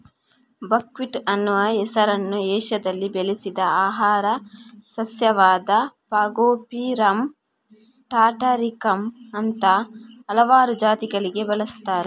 buckwheat ಅನ್ನುವ ಹೆಸರನ್ನ ಏಷ್ಯಾದಲ್ಲಿ ಬೆಳೆಸಿದ ಆಹಾರ ಸಸ್ಯವಾದ ಫಾಗೋಪಿರಮ್ ಟಾಟಾರಿಕಮ್ ಅಂತಹ ಹಲವಾರು ಜಾತಿಗಳಿಗೆ ಬಳಸ್ತಾರೆ